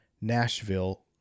Nashville